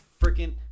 freaking